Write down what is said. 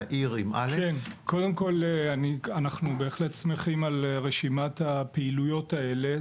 אנחנו בהחלט שמחים על רשימת הפעילויות האלה.